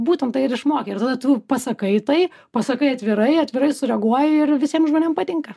būtent tai ir išmokė ir tada tu pasakai tai pasakai atvirai atvirai sureaguoji ir visiem žmonėm patinka